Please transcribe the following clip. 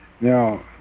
Now